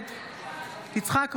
נגד יצחק קרויזר,